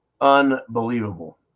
Unbelievable